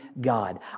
God